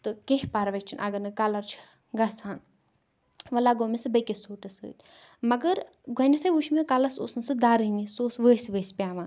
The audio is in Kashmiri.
تہٕ کیٚنٛہہ پرواے چھُنہٕ اگر نہٕ کَلر چھُ گَژھان وۄں لَگٲو مےٚ سُہ بیکِس سوٹس سۭتۍ مگر گۄڑنٮ۪تھے وٕچھ مےٚ کَلس اوس نہٕ مےٚ سُہ دَرٲنی سُہ اوس ؤسۍ ؤسۍ پیوان